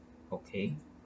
okay